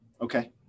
Okay